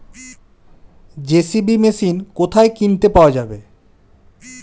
JCB machine কোথায় কিনতে পাওয়া যাবে?